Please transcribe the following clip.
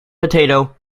potato